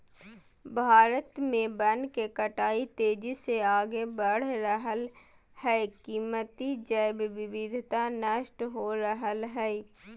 भारत में वन के कटाई तेजी से आगे बढ़ रहल हई, कीमती जैव विविधता नष्ट हो रहल हई